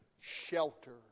shelter